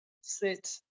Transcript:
sit